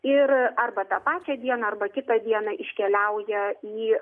ir arba tą pačią dieną arba kitą dieną iškeliauja į